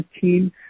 team